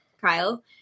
Kyle